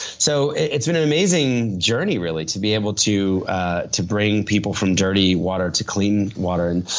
so, it's been an amazing journey, really, to be able to ah to bring people from dirty water to clean water. and